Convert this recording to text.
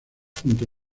junto